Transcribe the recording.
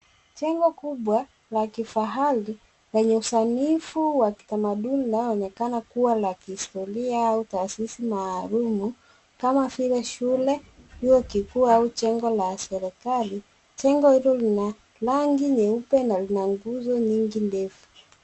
Jengo kubwa la kifahari lenye usanifu wa kitamaduni linaloonekana kuwa la kihistoria au taasisi maalum, kama vile shule, chuo kikuu, au jengo la serikali. Jengo hilo lina rangi nyeupe, na lina nguzo nyingi ndefu.